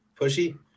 pushy